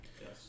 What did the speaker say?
Yes